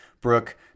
Brooke